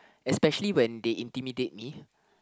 especially when they intimidate me